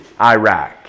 Iraq